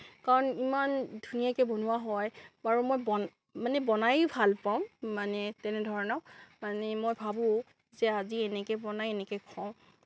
কাৰণ ইমান ধুনীয়াকে বনোৱা হয় বাৰু মই বনা মানে বনাইয়েই ভাল পাওঁ মানে তেনেধৰণৰ মানে মই ভাবোঁ যে আজি এনেকে বনাই এনেকে খোৱাওঁ